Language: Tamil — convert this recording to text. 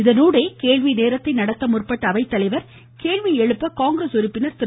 இதனூடே கேள்வி நேரத்தை நடத்த முற்பட்ட அவைத்தலைவர் கேள்வி எழுப்ப காங்கிரஸ் உறுப்பினர் திரு